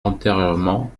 antérieurement